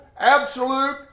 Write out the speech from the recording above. Absolute